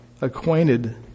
acquainted